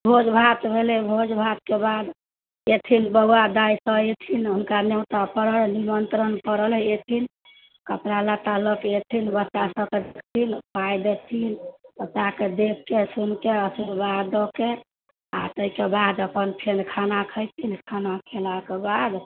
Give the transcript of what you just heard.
भोज भात भेलै भोज भातके बाद अयथिन बौआ दाइ सब एथिन हुनका न्योता पड़ल निमंत्रण पड़ल है एथिन कपड़ा लत्ता लऽ के अयथिन रुपैआ देथिन बच्चाके देखिके सुनिके आशीर्वाद दऽ के आ ताहिके बाद अपन फेन खाना खयथिन खाना खयलाके बाद